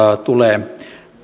tulee